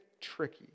tricky